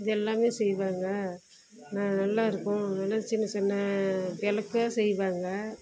இதெல்லாம் செய்வாங்க நல்லா இருக்கும் அதெல்லாம் சின்ன சின்ன வெளக்கு செய்வாங்க